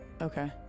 Okay